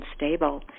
unstable